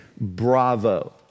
bravo